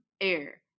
air